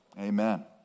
Amen